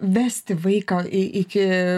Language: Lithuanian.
vesti vaiką iki